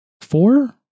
Four